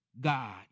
God